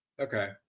Okay